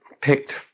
picked